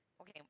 Okay